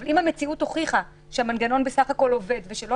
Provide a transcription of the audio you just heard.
ואם המציאות הוכיחה שהמנגנון עובד ולא